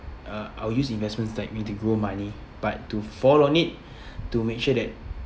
uh I'll use investments slightly to grow money but to fall on it to make sure that